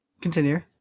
Continue